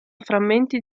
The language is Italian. frammenti